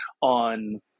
on